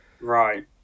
right